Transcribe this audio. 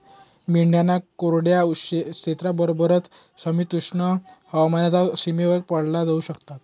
मेंढ्यांना कोरड्या क्षेत्राबरोबरच, समशीतोष्ण हवामानाच्या सीमेवर पाळलं जाऊ शकत